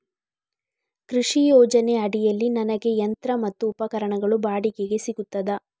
ಕೃಷಿ ಯೋಜನೆ ಅಡಿಯಲ್ಲಿ ನನಗೆ ಯಂತ್ರ ಮತ್ತು ಉಪಕರಣಗಳು ಬಾಡಿಗೆಗೆ ಸಿಗುತ್ತದಾ?